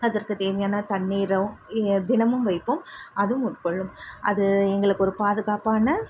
அதற்கு தேவையான தண்ணீரோ எ தினமும் வைப்போம் அதுவும் உட்கொள்ளும் அது எங்களுக்கு ஒரு பாதுகாப்பான